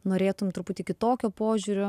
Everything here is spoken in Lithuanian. norėtum truputį kitokio požiūrio